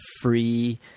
free